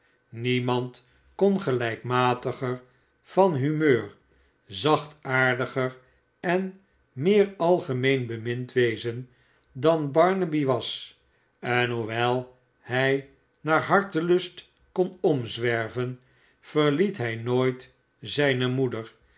niemand kon gelrjkmatiger van humeur zachtaardiger en meer algemeen bemind wezen dan barnaby was en hoewel hij naar hartelust kon omzwerven verhet hij nooit zijne moeder